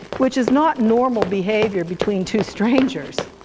which is not normal behavior between two strangers.